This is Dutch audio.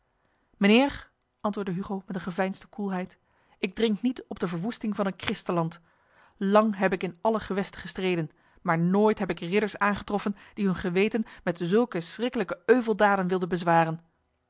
mijnheer antwoordde hugo met een geveinsde koelheid ik drink niet op de verwoesting van een christenland lang heb ik in alle gewesten gestreden maar nooit heb ik ridders aangetroffen die hun geweten met zulke schriklijke euveldaden wilden bezwaren